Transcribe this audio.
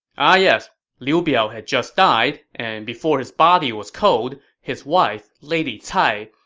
ah yes. liu biao had just died, and before his body was cold, his wife, lady cai,